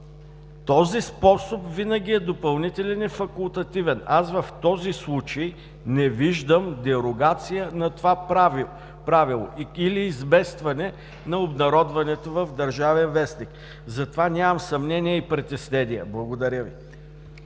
Този способ винаги е допълнителен и факултативен. В този случай аз не виждам дерогация на това правило или изместване на обнародването в „Държавен вестник“. Затова нямам съмнения и притеснения. Благодаря.